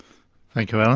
thank you, alan.